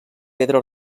pedra